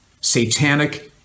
satanic